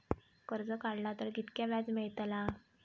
कर्ज काडला तर कीतक्या व्याज मेळतला?